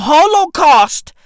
Holocaust